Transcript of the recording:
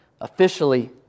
officially